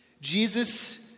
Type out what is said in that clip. Jesus